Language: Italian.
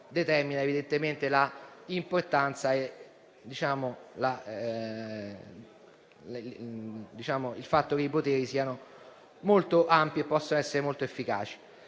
determina l'importanza e il fatto che i suoi poteri siano molto ampi e possano essere molto efficaci.